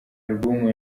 albumu